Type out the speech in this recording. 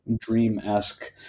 dream-esque